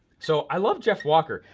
so i love jeff walker.